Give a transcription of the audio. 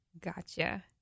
Gotcha